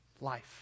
life